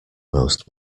most